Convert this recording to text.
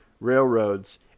railroads